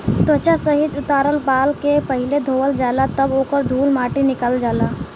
त्वचा सहित उतारल बाल के पहिले धोवल जाला तब ओकर धूल माटी निकालल जाला